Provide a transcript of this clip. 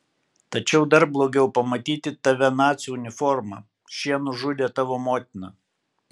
tačiau dar blogiau pamatyti tave nacių uniforma šie nužudė tavo motiną